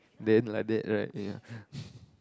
then like that right ya